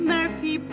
Murphy